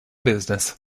business